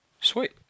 Sweet